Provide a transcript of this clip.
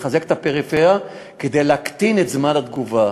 נחזק את הפריפריה כדי להקטין את זמן התגובה.